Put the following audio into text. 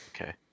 okay